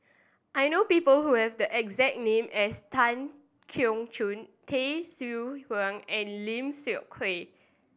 I know people who have the exact name as Tan Keong Choon Tay Seow Huah and Lim Seok Hui